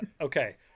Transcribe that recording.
okay